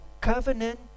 covenant